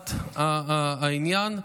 בליבת העניין.